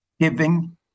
giving